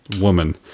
woman